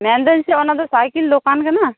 ᱢᱮᱱᱫᱟᱹᱧ ᱪᱮᱫ ᱚᱱᱟ ᱫᱚ ᱥᱟᱭᱠᱮᱞ ᱫᱚᱠᱟᱱ ᱠᱟᱱᱟ